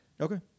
Okay